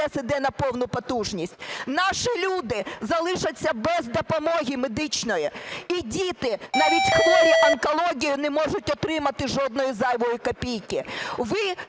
іде на повну потужність. Наші люди залишаться без допомоги медичної і діти, навіть хворі онкологією, не можуть отримати жодної зайвої копійки.